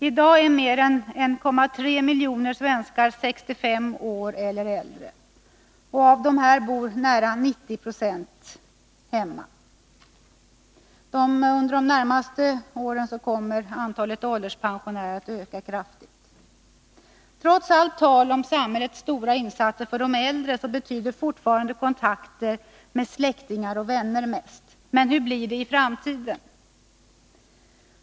I dag är mer än 1,3 miljoner svenskar 65 år eller äldre. Av dessa bor nära 90 9c hemma. Under de närmaste åren kommer antalet ålderspensionärer att öka kraftigt. Trots allt tal om samhällets stora insatser för de äldre betyder fortfarande kontakten med släktingar och vänner mest. Men hur blir det i framtiden?